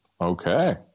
Okay